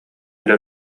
эрэ